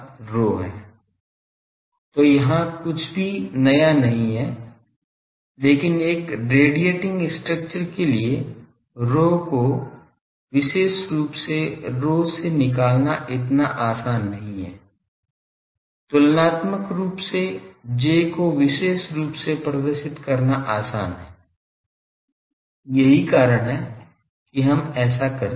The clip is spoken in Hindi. तो यहाँ कुछ भी नया नहीं है लेकिन एक रेडिएटिंग स्ट्रक्चर के लिए ρ को विशेष रूप के ρ से निकालना इतना आसान नहीं है तुलनात्मक रूप से J को विशेष रूप से प्रदर्शित करना आसान है यही कारण है कि हम ऐसा करते हैं